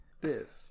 Biff